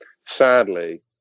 sadly